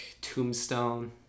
Tombstone